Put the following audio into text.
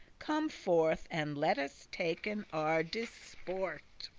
come forth, and let us taken our disport